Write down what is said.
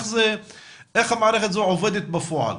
איך המערכת הזו עובדת בפועל?